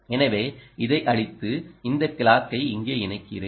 எனவே இதை அழித்து இந்த கிளாக்கை இங்கே இணைக்கிறேன்